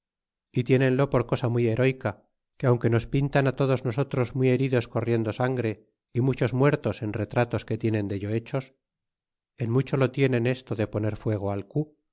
y tiénento por cosa muy hereca que aunque nos pintan á todos nosotros muy heridos corriendo sangre y muchos muertos en retratos que tienen dello hechos en mucho lo tienen esto de poner fuego al